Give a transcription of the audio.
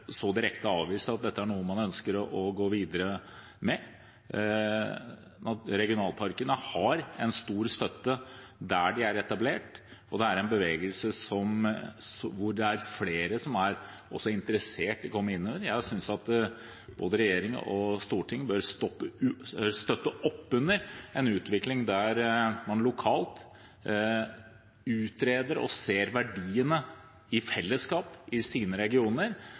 så direkte avvise at det er noe man ønsker å gå videre med. Regionalparkene har stor støtte der de er etablert, og det er en bevegelse som flere er interessert i å komme inn under. Jeg synes både regjering og storting bør støtte opp under en utvikling der man lokalt utreder og ser verdiene i fellesskap i sine regioner,